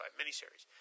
miniseries